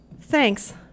Thanks